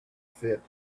fit